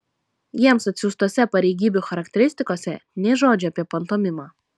jiems atsiųstose pareigybių charakteristikose nė žodžio apie pantomimą